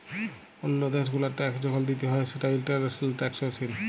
ওল্লো দ্যাশ গুলার ট্যাক্স যখল দিতে হ্যয় সেটা ইন্টারন্যাশনাল ট্যাক্সএশিন